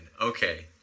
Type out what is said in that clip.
Okay